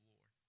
Lord